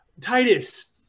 Titus